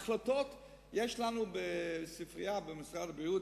החלטות יש לנו בספרייה במשרד הבריאות,